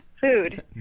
food